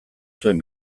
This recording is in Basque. zuen